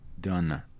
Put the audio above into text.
done